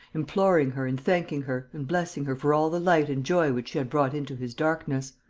imploring her and thanking her and blessing her for all the light and joy which she had brought into his darkness.